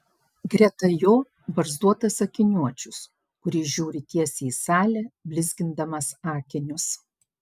greta jo barzdotas akiniuočius kuris žiūri tiesiai į salę blizgindamas akinius